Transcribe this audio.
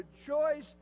rejoice